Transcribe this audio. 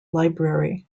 library